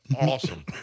Awesome